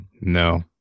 No